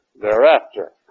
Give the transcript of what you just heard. thereafter